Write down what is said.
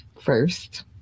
First